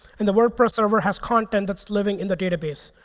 and the wordpress server has content that's living in the database.